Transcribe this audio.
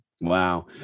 Wow